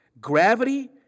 Gravity